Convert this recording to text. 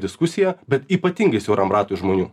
diskusija bet ypatingai siauram ratui žmonių